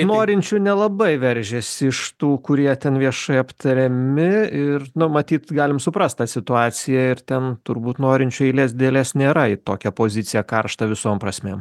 norinčių nelabai veržiasi iš tų kurie ten viešai aptariami ir na matyt galim suprast tą situaciją ir ten turbūt norinčių eilės didelės nėra į tokią poziciją karštą visom prasmėm